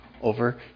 over